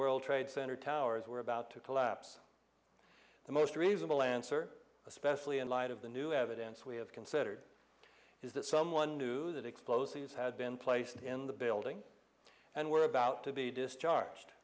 world trade center towers were about to collapse the most reasonable answer especially in light of the new evidence we have considered is that someone knew that explosives had been placed in the building and were about to be discharged